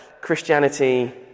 Christianity